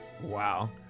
Wow